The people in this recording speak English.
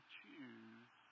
choose